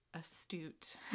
astute